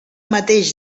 mateix